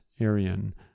Arian